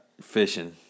Fishing